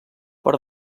per